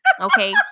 okay